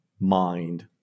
mind